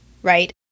Right